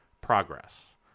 progress